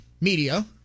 media